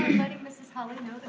letting mrs. holly know